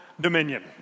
Dominion